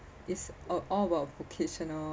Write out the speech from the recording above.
it's all all about vocational